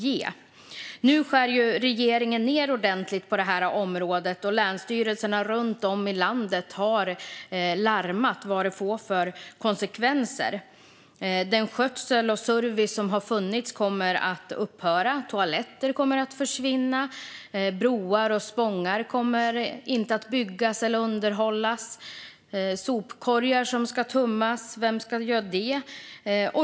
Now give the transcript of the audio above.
Nu skär regeringen ned ordentligt på detta område, och länsstyrelserna runt om i landet har larmat om konsekvenserna av det. Skötsel och service kommer att upphöra, toaletter kommer att försvinna och broar och spångar kommer inte att underhållas eller byggas. Och vem ska tömma sopkorgarna?